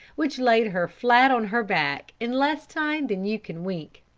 which laid her flat on her back in less time than you can wink.